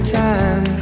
time